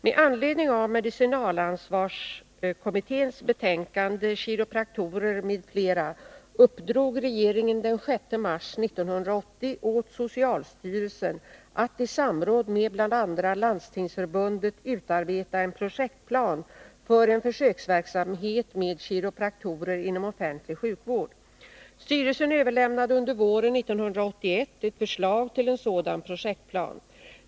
Med anledning av medicinalansvarskommitténs betänkande Kiropraktorer m.fl. uppdrog regeringen den 6 mars 1980 åt socialstyrelsen att i samråd med bl.a. Landstingsförbundet utarbeta en projektplan för en försöksverksamhet med kiropraktorer inom offentlig sjukvård. Styrelsen överlämnade under våren 1981 ett förslag till en sådan projektplan.